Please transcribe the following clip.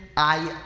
i,